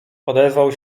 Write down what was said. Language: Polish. odezwał